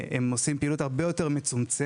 עושים פעילות הרבה יותר מצומצמת.